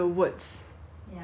uh sure